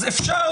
אז אפשר,